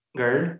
girl